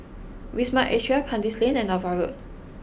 Wisma Atria Kandis Lane and Ava Road